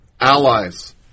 allies